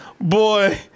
Boy